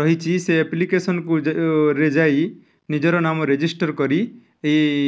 ରହିଛି ସେ ଆପ୍ଲିକେସନକୁ ଯାଇ ନିଜର ନାମ ରେଜିଷ୍ଟର କରି ଏଇ